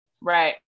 right